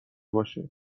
باشه